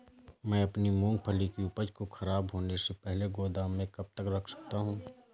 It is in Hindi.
मैं अपनी मूँगफली की उपज को ख़राब होने से पहले गोदाम में कब तक रख सकता हूँ?